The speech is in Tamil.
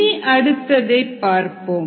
இனி அடுத்ததை பார்ப்போம்